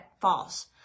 false